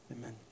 amen